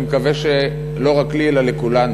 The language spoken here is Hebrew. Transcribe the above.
אני מקווה שלא רק לי אלא לכולנו.